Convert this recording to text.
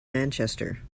manchester